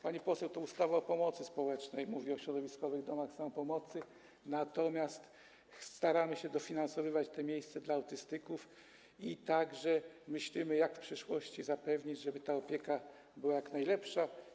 Pani poseł, to ustawa o pomocy społecznej mówi o środowiskowych domach samopomocy, natomiast staramy się dofinansowywać te miejsca dla autystyków i także myślimy, jak w przyszłości zapewnić, żeby ta opieka była jak najlepsza.